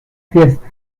fiesta